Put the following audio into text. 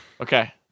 Okay